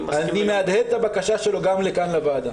אני מהדהד את הבקשה הזו שלו גם לוועדה כאן.